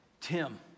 Tim